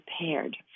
prepared